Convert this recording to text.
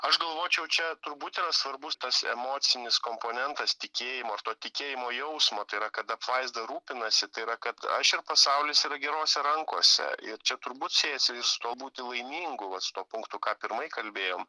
aš galvočiau čia turbūt yra svarbus tas emocinis komponentas tikėjimo ir to tikėjimo jausmo tai yra kad apvaizda rūpinasi tai yra kad aš ir pasaulis yra gerose rankose ir čia turbūt siejasi su tuo būti laimingu vat su tuo punktu ką pirma kalbėjom